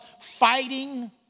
fighting